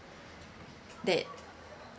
that